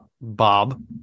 Bob